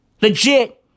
Legit